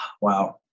Wow